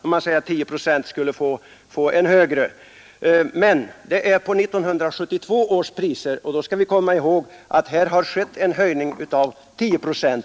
Men då utgår man från 1972 års priser, och vi skall komma ihåg att taxorna redan höjts med 10 procent.